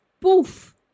poof